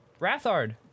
Rathard